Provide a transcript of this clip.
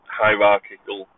hierarchical